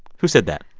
who said that?